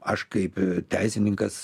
aš kaip teisininkas